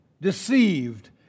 deceived